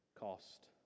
cost